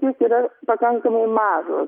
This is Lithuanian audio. jos yra pakankamai mažos